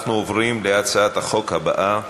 אנחנו עוברים להצעת החוק הבאה.